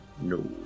No